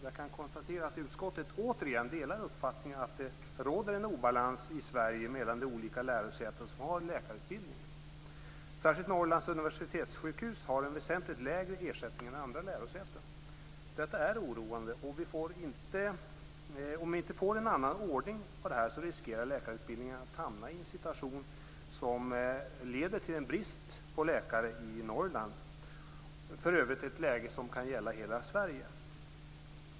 Jag kan konstatera att utskottet återigen delar uppfattningen att det råder en obalans i Sverige mellan de olika lärosäten som har läkarutbildning. Särskilt Norrlands universitetssjukhus har en väsentligt lägre ersättning än andra lärosäten. Detta är oroande. Om vi inte får en annan ordning riskerar läkarutbildningen att hamna i en situation som leder till en brist på läkare i Norrland - för övrigt ett läge som kan gälla hela Sverige.